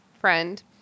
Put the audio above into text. friend